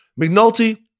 McNulty